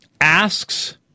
asks